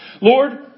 Lord